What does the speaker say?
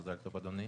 מזל טוב אדוני.